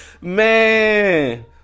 Man